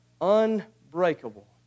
unbreakable